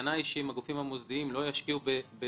הטענה היא שאם הגופים המוסדיים לא ישקיעו בישראל